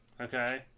Okay